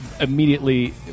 immediately